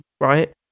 right